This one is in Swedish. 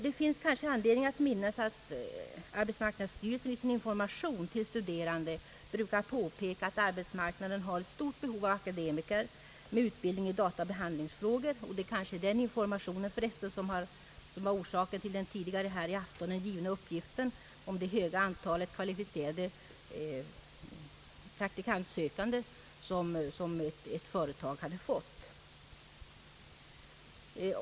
Det finns kanske anledning att minnas att arbetsmarknadsstyrelsen i sin information till studerande brukar påpeka, att arbetsmarknaden har ett stort behov av akademiker med utbildning i databehandling. Det är förresten kanske den informationen som var orsaken till den tidigare här i afton givna uppgiften om det höga antalet kvalificerade praktikantsökande som ett företag hade fått.